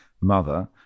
mother